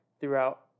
throughout